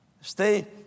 Stay